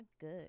good